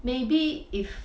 maybe if